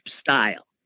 style